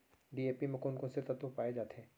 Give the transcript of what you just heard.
DAP म कोन कोन से तत्व पाए जाथे?